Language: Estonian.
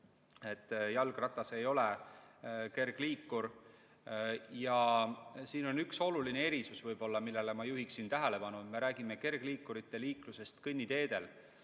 jalgratas ei ole kergliikur. Siin on üks oluline erisus, millele ma juhiksin tähelepanu: me räägime kergliikurite liiklusest kõnniteedel.